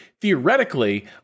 theoretically